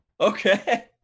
okay